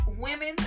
women